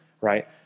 right